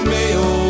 Mayo